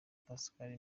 pascal